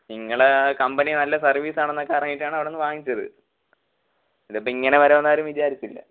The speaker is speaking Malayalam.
നിങ്ങളുടെ ആ കമ്പനി നല്ല സർവീസ് ആണെന്നൊക്കെ അറിഞ്ഞിട്ടാണ് അവിടുന്ന് വാങ്ങിച്ചത് ഇതിപ്പം ഇങ്ങനെ വരും എന്ന് ആരും വിചാരിച്ചില്ല